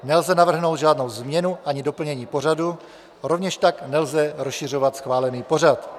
Nelze navrhnout žádnou změnu ani doplnění pořadu, rovněž tak nelze rozšiřovat schválený pořad.